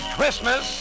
Christmas